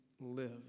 live